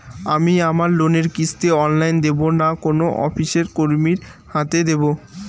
আমি আমার লোনের কিস্তি অনলাইন দেবো না কোনো অফিসের কর্মীর হাতে দেবো?